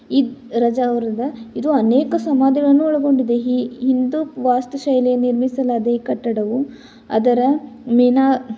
ಇಬ್ ರಜಾವರದ ಇದು ಅನೇಕ ಸಮಾಧಿಗಳನ್ನು ಒಳಗೊಂಡಿದೆ ಹಿ ಹಿಂದೂ ವಾಸ್ತುಶೈಲಿ ನಿರ್ಮಿಸಲಾದ ಈ ಕಟ್ಟಡವು ಅದರ ಮಿನ